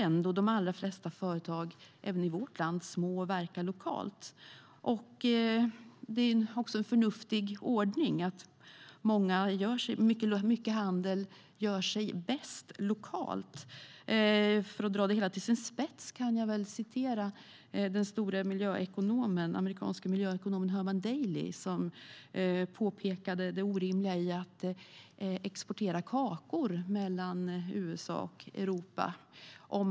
Men de allra flesta företag, även i vårt land, är små och verkar lokalt. Det är en förnuftig ordning att mycket handel gör sig bäst lokalt. För att dra det hela till sin spets kan jag återge den store amerikanske miljöekonomen Herman Daly. Han har påpekat det orimliga i att exportera kakor mellan USA och Europa.